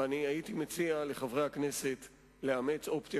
והייתי מציע לחברי הכנסת לאמץ אופציה